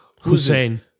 Hussein